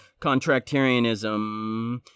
contractarianism